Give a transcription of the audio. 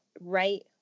right